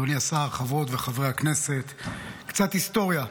אדוני השר, חברות וחברי הכנסת, קצת היסטוריה.